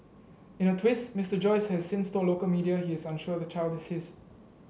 in a twist Mister Joyce has since told local media his unsure the child is his